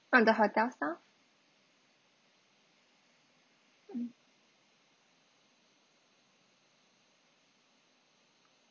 uh the hotels now um